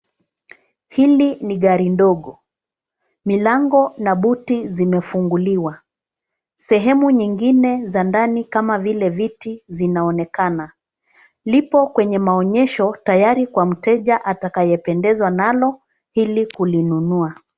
Hili ni gari dogo. Milango na buti zimefunguliwa. Sehemu nyingine za ndani kama vile viti zinaonekana .Lipo kwenye maonyesho tayari kwa mteja atakayependezwa nalo ili kulinunua.